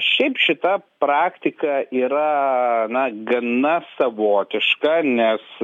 šiaip šita praktika yra na gana savotiška nes